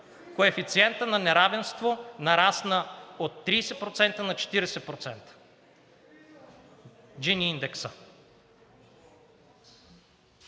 Коефициентът на неравенство нарасна от 30% на 40% – Джини индексът.